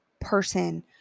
person